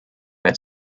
that